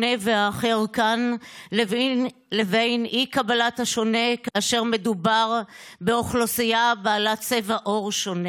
והאחר כאן לבין אי-קבלת השונה כאשר מדובר באוכלוסייה בעלת צבע עור שונה.